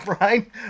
Right